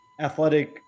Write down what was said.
athletic